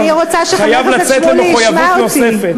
אני רוצה שחבר הכנסת שמולי ישמע אותי.